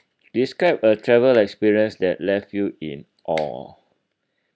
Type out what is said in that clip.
describe a travel experience that left you in awe